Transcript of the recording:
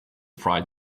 fry